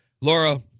Laura